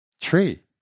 Tree